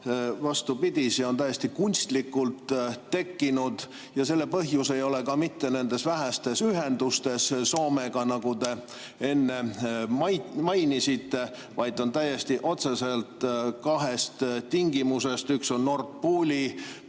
Vastupidi, see on täiesti kunstlikult tekkinud ja selle põhjus ei ole ka mitte nendes vähestes ühendustes Soomega, nagu te enne mainisite, vaid on täiesti otseselt kahes tingimuses: üks on Nord Pooli